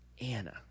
Anna